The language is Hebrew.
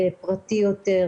פרטי יותר,